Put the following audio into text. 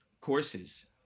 courses